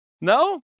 no